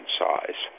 size